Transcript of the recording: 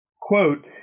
Quote